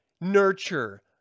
nurture